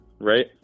right